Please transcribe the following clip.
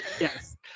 Yes